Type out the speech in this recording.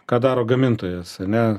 ką daro gamintojas ane